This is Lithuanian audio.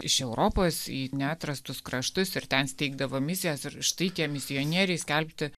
iš europos į neatrastus kraštus ir ten steigdavo misijas ir štai tie misionieriai skelbti